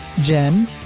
Jen